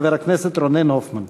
חבר הכנסת רונן הופמן.